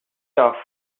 off